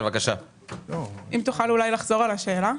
אם תוכל לחזור על השאלה.